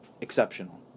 exceptional